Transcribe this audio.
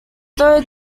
though